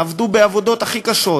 עבדו בעבודות הכי קשות,